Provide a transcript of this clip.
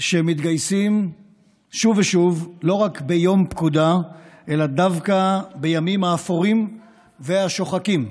שמתגייסים שוב ושוב לא רק ביום פקודה אלא דווקא בימים האפורים והשוחקים,